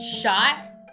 shot